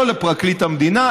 לא לפרקליט המדינה.